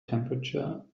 temperature